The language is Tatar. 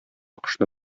кошны